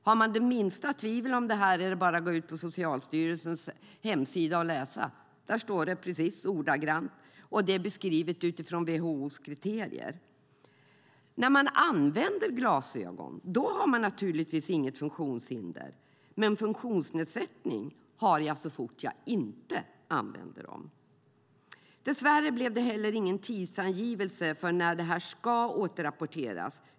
Har man det minsta tvivel om detta är det bara att gå in på Socialstyrelsens hemsida och läsa. Där står det hela ordagrant beskrivet utifrån WHO:s kriterier. När man använder glasögon har man naturligtvis inget funktionshinder, men funktionsnedsättning har man så fort man inte använder dem. Dess värre blev det inte heller någon tidsangivelse för när detta ska återrapporteras.